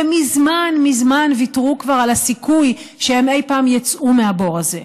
הם מזמן מזמן ויתרו כבר על הסיכוי שהם אי-פעם יצאו מהבור הזה.